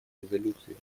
резолюции